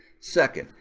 second,